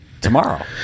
tomorrow